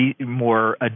more